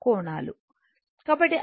కాబట్టి అదేవిధంగా V1 V2